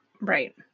Right